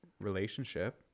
relationship